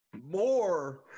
more